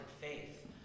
faith